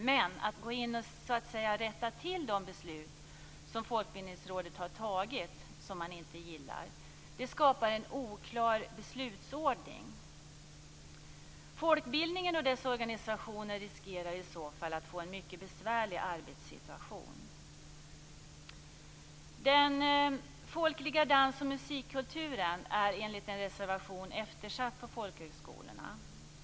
Men att gå in och rätta till de beslut som Folkbildningsrådet har fattat men som man inte gillar skapar en oklar beslutsordning. Folkbildningen och dess organisationer riskerar att få en mycket besvärlig arbetssituation. Den folkliga dans och musikkulturen är enligt en reservation eftersatt på folkhögskolorna.